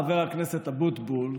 חבר הכנסת אבוטבול,